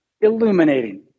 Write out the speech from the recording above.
illuminating